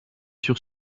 sur